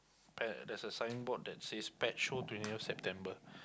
pet there's a signboard that says pet show twentieth September